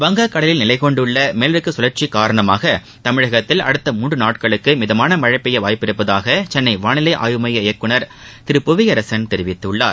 வங்கக்கடலில் நிலை கொண்டுள்ள மேலடுக்கு சுழற்சி காரணமாக தமிழகத்தில் அடுத்த மூன்று நாட்களுக்கு மிதமான மழை பெய்ய வாய்ப்பு உள்ளதாக சென்னை வானிலை ஆய்வு எமய இயக்குநர் திரு புவியரசன் தெரிவித்துள்ளார்